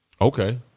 Okay